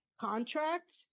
contract